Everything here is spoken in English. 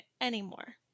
anymore